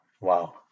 Wow